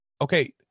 okay